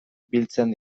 biltzen